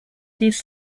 these